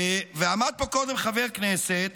ועמד פה קודם חבר כנסת